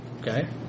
okay